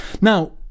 now